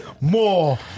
more